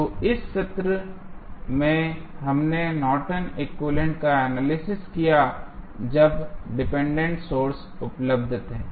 तो इस सत्र में हमने नॉर्टन एक्विवैलेन्ट Nortons equivalent का एनालिसिस किया जब डिपेंडेंट सोर्स उपलब्ध थे